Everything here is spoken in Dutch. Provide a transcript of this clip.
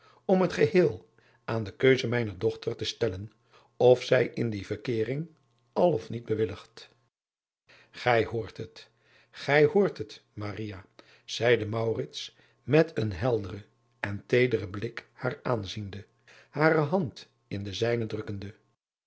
om het geheel aan de keuze mijner dochter te stellen of zij in die verkeering al of niet bewilligt ij hoort het gij hoort het zeide met een helderen en teederen blik haar aanziende hare hand in de zijne drukkende